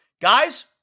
Guys